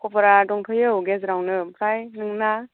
खबरा दंथयो औ गेजेरावनो आमफ्राइ नोंना